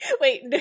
wait